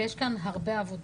ויש כאן הרבה עבודה.